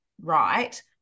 right